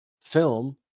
film